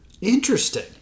Interesting